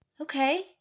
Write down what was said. Okay